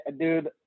dude